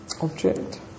object